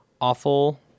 awful